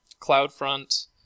CloudFront